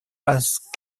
basse